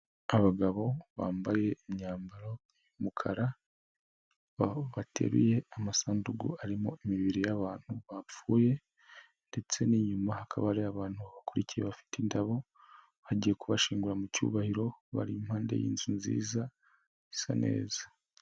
Abagabo bambaye imyambaro y'umukara, aho bateruye amasanduku arimo imibiri y'abantu bapfuye ndetse n'inyuma hakaba hari abantu babakurikiye bafite indabo bagiye kubashyingura mu cyubahiro, bari impande y'inzu nziza, isa neza.